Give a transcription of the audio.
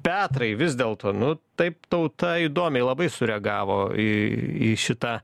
petrai vis dėlto nu taip tauta įdomiai labai sureagavo į į šitą